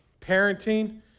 parenting